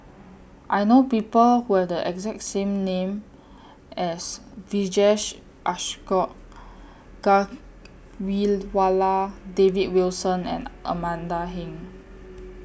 I know People Who Have The exact name as Vijesh Ashok Ghariwala David Wilson and Amanda Heng